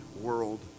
world